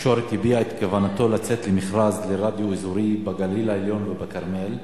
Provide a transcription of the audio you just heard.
התקשורת הביע את כוונתו לצאת למכרז לרדיו אזורי בגליל העליון ובכרמל,